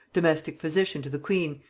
domestic physician to the queen,